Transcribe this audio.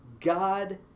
God